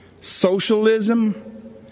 socialism